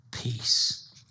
Peace